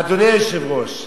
אדוני היושב-ראש,